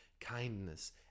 kindness